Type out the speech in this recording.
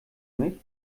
mich